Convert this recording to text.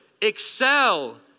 excel